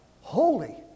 holy